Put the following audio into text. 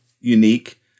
unique